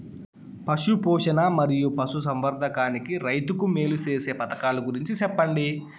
పశు పోషణ మరియు పశు సంవర్థకానికి రైతుకు మేలు సేసే పథకాలు గురించి చెప్పండి?